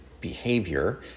behavior